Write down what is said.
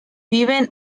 viven